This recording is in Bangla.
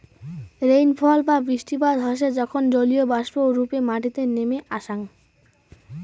রেইনফল বা বৃষ্টিপাত হসে যখন জলীয়বাষ্প রূপে মাটিতে নেমে আসাং